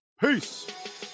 Peace